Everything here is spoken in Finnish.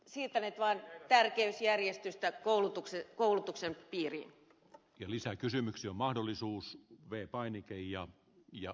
olemme siirtäneet vaan tärkeysjärjestystä koulutuksen piiriin lisää kysymyksiä mahdollisuus vei painikirjat ja